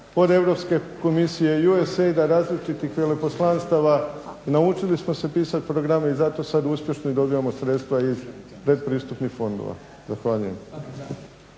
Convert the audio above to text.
od Europske komisije i US Aida, različitih veleposlanstava. Naučili smo se pisat programe i zato sad uspješno dobivamo sredstva iz pretpristupnih fondova. Zahvaljujem.